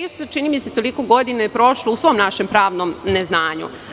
Isto, čini mi se, toliko godina je prošlo u svom našem pravnom neznanju.